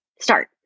start